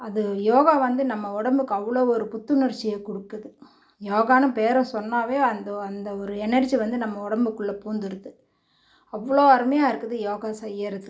அது யோகா வந்து நம்ம உடம்புக்கு அவ்வளோ ஒரு புத்துணர்ச்சியை கொடுக்குது யோகான்னு பேரை சொன்னாலே அந்த அந்த ஒரு எனர்ஜி வந்து நம்ம உடம்புக்குள்ள பூந்துடுது அவ்வளோ அருமையாக இருக்குது யோகா செய்யறதுக்கு